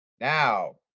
Now